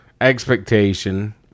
expectation